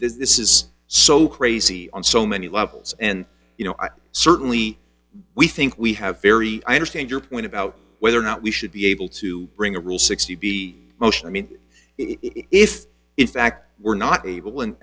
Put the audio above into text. this is so crazy on so many levels and you know i certainly we think we have very i understand your point about whether or not we should be able to bring a rule sixty b motion i mean if in fact we're not able